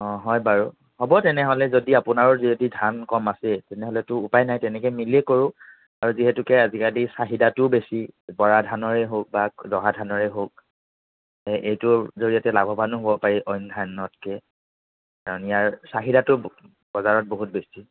অঁ হয় বাৰু হ'ব তেনেহ'লে যদি আপোনাৰো যদি ধান কম আছে তেনেহ'লেতো উপায় নাই তেনেকৈ মিলিয়ে কৰোঁ আৰু যিহেতুকে আজিকালি চাহিদাটোও বেছি বৰা ধানৰে হওক বা জহা ধানৰে হওক এইটোৰ জৰিয়তে লাভৱানো হ'ব পাৰি অইন ধানতকৈ কাৰণ ইয়াৰ চাহিদাটো বজাৰত বহুত বেছি